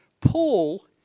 Paul